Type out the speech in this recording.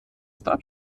star